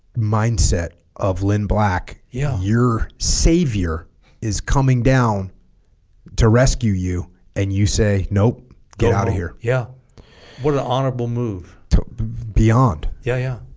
mindset of lynn black yeah your savior is coming down to rescue you and you say nope get out of here yeah what an honorable move beyond yeah yeah